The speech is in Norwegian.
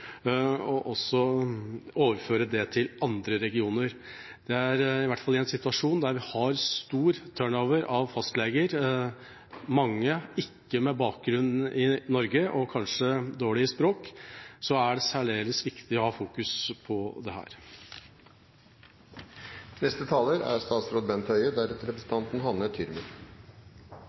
og overføre dette til andre regioner. I en situasjon der vi har stor turnover av fastleger, mange uten bakgrunn i Norge og kanskje med dårlig språk, er det særdeles viktig å fokusere på